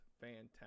fantastic